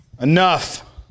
Enough